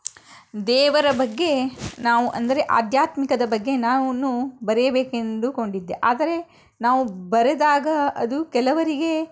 ದೇವರ ಬಗ್ಗೆ ನಾವು ಅಂದರೆ ಆಧ್ಯಾತ್ಮಿಕದ ಬಗ್ಗೆ ನಾವು ಬರೆಯಬೇಕೆಂದು ಅಂದುಕೊಂಡಿದ್ದೆ ಆದರೆ ನಾವು ಬರೆದಾಗ ಅದು ಕೆಲವರಿಗೆ